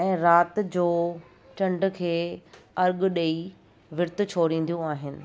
ऐं राति जो चंड खे अर्घु डॾेई विरतु छोड़ींदियूं आहिनि